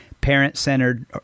parent-centered